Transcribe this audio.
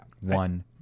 one